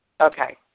Okay